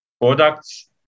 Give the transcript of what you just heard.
products